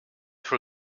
for